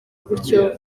gutyo